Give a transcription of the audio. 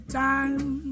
time